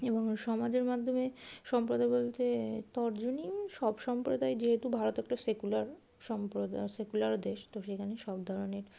এবং সমাজের মাধ্যমে সম্প্রদায় বলতে তর্জনই সব সম্প্রদায় যেহেতু ভারত একটা সেকুলার সম্প্রদায় সেকুলার দেশ তো সেখানে সব ধরনের